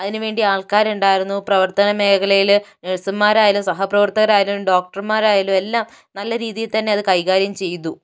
അതിന് വേണ്ടി ആൾക്കാർ ഉണ്ടായിരുന്നു പ്രവർത്തന മേഖലയിൽ നഴ്സുമാർ ആയാലും സഹപ്രവർത്തകർ ആയാലും ഡോക്ടർമാർ ആയാലും എല്ലാം നല്ല രീതിയിൽ തന്നെ അത് കൈകാര്യം ചെയ്തു